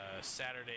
Saturday